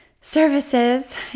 services